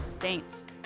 saints